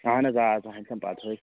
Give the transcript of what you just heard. اَہَن حظ آ تُہٕنٛز چھَم پَتہٕ ہٕے